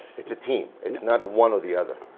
it's a team, it's not one or the other.